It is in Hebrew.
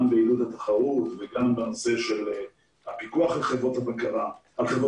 בעידוד התחרות וגם בנושא הפיקוח על חברות הגבייה.